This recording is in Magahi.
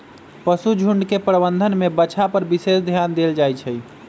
पशुझुण्ड के प्रबंधन में बछा पर विशेष ध्यान देल जाइ छइ